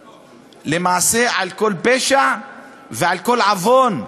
למעשה, על כל פשע ועל כל עוון.